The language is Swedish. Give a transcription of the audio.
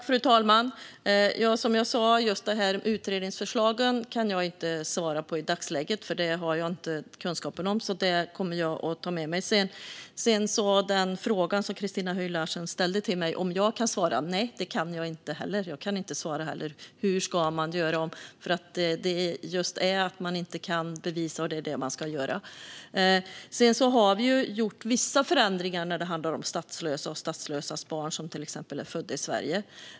Fru talman! Som jag sa kan jag inte i dagsläget svara på hur utredningsförslagen ser ut, för det har jag inte kunskap om. Det kommer jag alltså att ta med mig. Sedan undrar Christina Höj Larsen om jag kan svara på den fråga hon ställde till mig. Nej, det kan jag inte heller. Jag kan inte svara på hur man ska göra när man inte kan bevisa och det är det man ska göra. Vi har gjort vissa förändringar när det handlar om till exempel statslösa och deras barn som är födda i Sverige.